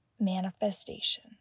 manifestation